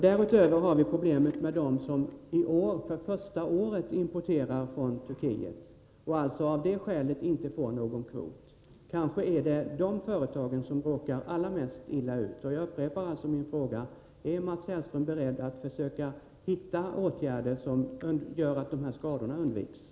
Därutöver har vi problemet med dem som i år för första gången importerar från Turkiet och alltså av det skälet inte får någon kvot. Kanske är det dessa företag som råkar allra mest illa ut. Jag upprepar min fråga: Är Mats Hellström beredd att försöka hitta åtgärder som gör att dessa skador undviks?